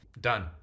Done